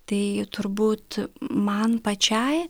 tai turbūt man pačiai